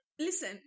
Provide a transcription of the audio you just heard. Listen